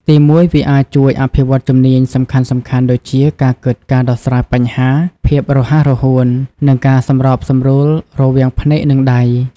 ទីមួយ វាអាចជួយ អភិវឌ្ឍជំនាញ សំខាន់ៗដូចជា ការគិត ការដោះស្រាយបញ្ហា ភាពរហ័សរហួន និងការសម្របសម្រួលរវាងភ្នែក និងដៃ។